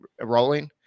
rolling